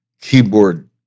keyboard